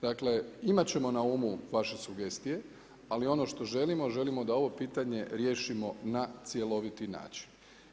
Dakle, imati ćemo na umu vaše sugestije, ali ono što želimo, želimo da ovo pitanje, riješimo na cjeloviti način.